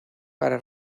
para